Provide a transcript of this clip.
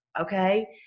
Okay